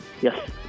Yes